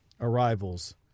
arrivals